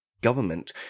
government